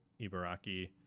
Ibaraki